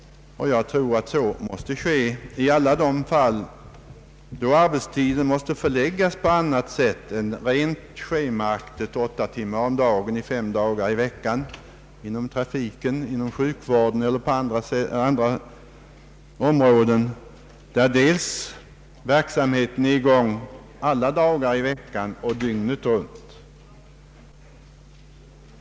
Jag tror att så måste ske i alla de fall då arbetstiden måste förläggas på annat sätt än rent schemaaktigt åtta timmar om dagen under fem dagar i veckan, nämligen inom trafiken, sjukvården eller på andra områden där verksamheten är i gång alla dagar i veckan och dygnet runt.